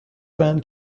دهند